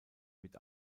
mit